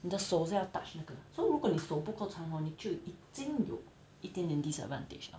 你的手是要 touch 那个 so 如果你的手不够长 hor 你就已经有一点点 disadvantage lah